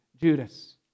Judas